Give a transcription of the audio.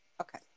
Okay